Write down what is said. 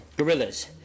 gorillas